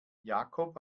jakob